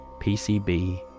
PCB